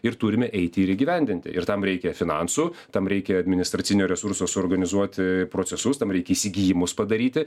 ir turime eiti ir įgyvendinti ir tam reikia finansų tam reikia administracinių resursų suorganizuoti procesus tam reikia įsigijimus padaryti